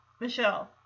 Michelle